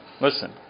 listen